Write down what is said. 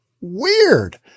weird